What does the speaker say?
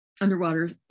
underwater